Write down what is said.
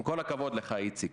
עם כל הכבוד לך, איציק,